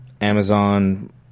Amazon